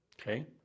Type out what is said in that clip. Okay